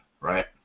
right